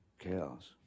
chaos